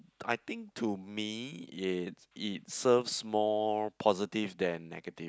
I think to me it it serves more positive than negative